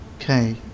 Okay